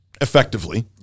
effectively